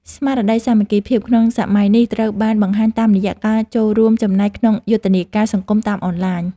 ស្មារតីសាមគ្គីភាពក្នុងសម័យនេះត្រូវបានបង្ហាញតាមរយៈការចូលរួមចំណែកក្នុងយុទ្ធនាការសង្គមតាមអនឡាញ។